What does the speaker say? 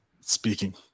speaking